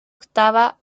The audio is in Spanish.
octava